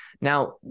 Now